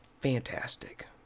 fantastic